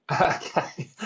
Okay